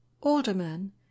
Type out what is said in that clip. alderman